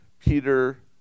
Peter